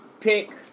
pick